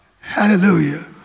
Hallelujah